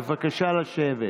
בבקשה לשבת.